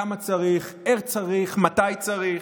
כמה צריך, איך צריך, מתי צריך.